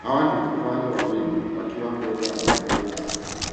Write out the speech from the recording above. Hawa ni vifaru wawili wakiwa mbele ya mandhari ya jiji.